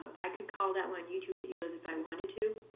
i could call that one youtube videos if i wanted to.